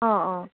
অঁ অঁ